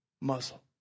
Muzzle